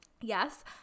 Yes